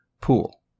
Pool